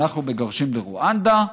אנחנו מגרשים לרואנדה.